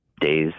days